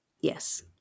yes